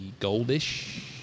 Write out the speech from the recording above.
goldish